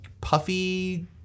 puffy